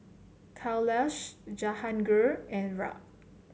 Kailash Jahangir and Raj